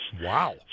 Wow